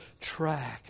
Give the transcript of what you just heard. track